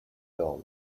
don